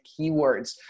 keywords